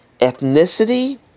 ethnicity